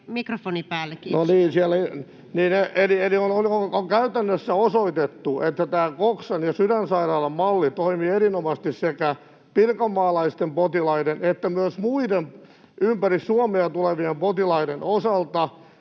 niin. — Eli on käytännössä osoitettu, että tämä Coxan ja Sydänsairaalan malli toimii erinomaisesti sekä pirkanmaalaisten potilaiden että myös muiden ympäri Suomea tulevien potilaiden osalta.